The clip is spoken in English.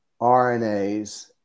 RNAs